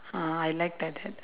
ah I like that that